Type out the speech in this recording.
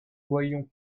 voyions